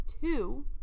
Two